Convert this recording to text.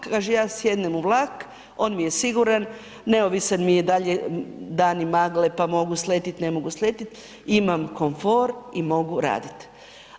Kaže ja sjednem u vlak, on mi je siguran, neovisan mi dal je dani magle pa mogu sletiti ne mogu sletiti, imam komfor i mogu raditi.